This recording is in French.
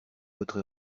votre